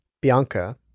Bianca